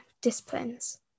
disciplines